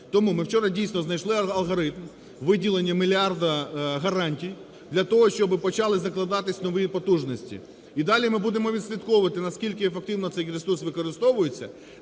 Тому ми вчора, дійсно, знайшли алгоритм виділення мільярда гарантій для того, щоб почали закладатися нові потужності. І далі ми будемо відслідковувати, наскільки ефективно цей ресурс використовуються